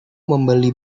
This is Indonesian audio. membeli